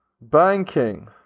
banking